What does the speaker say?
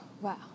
Wow